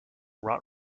rot